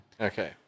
Okay